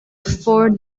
for